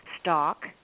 stock